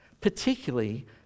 particularly